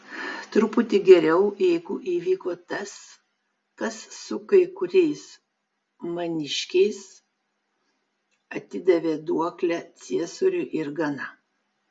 truputį geriau jeigu įvyko tas kas su kai kuriais maniškiais atidavė duoklę ciesoriui ir gana